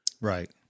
right